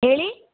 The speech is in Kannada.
ಹೇಳಿ